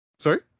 sorry